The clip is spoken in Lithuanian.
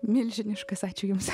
milžiniškas ačiū jums